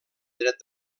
dret